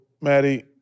Maddie